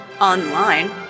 online